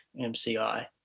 MCI